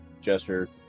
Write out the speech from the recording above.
gesture